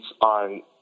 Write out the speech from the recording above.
on